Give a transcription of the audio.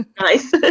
nice